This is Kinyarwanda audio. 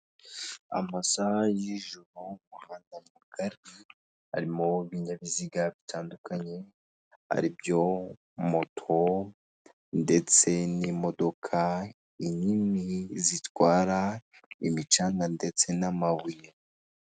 Umuhanda mwiza kandi ufite isuku bashyizeho akayira k'abanyamaguru gahagije, bamwe baratambuka abandi nabo bagakora imyitozo ngororamubiri, ku mpande hariho inyubako ikorerwamo n'ikigo cyitwa radiyanti gikora ibigendanye n'ubwizigame ndetse no kwishinganisha.